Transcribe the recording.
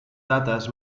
dates